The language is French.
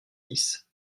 dix